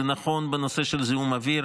זה נכון בנושא של זיהום אוויר.